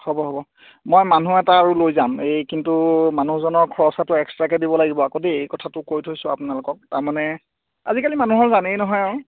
হ'ব হ'ব মই মানুহ এটা আৰু লৈ যাম এই কিন্তু মানুহজনৰ খৰচাটো এক্সট্ৰাকৈ দিব লাগিব আকৌ দেই এই কথাটো কৈ থৈছোঁ আপোনালোকক তাৰ মানে আজিকালি মানুহৰ জানেই নহয় আৰু